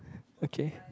okay